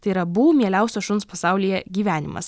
tai yra bū mieliausio šuns pasaulyje gyvenimas